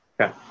Okay